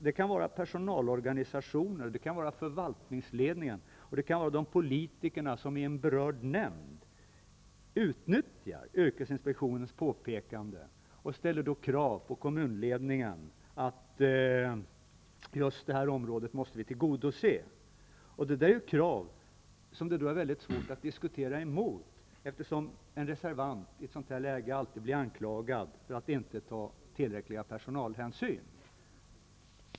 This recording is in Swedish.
Det kan vara personalorganisationer, förvaltningsledning eller de politiker som i berörd nämnd utnyttjar yrkesinspektionens påpekande och ställer kravet på kommunledningen att ett visst område skall tillgodoses. Det är ett krav som det är väldigt svårt att gå emot i diskussioner, eftersom en reservant alltid i det läget blir anklagad för att inte ta tillräckliga personalhänsyn.